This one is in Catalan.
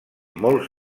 molts